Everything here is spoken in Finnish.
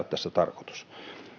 tässä tarkoitus